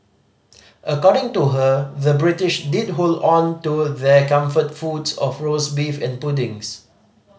according to her the British did hold on to their comfort foods of roast beef and puddings